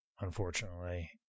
unfortunately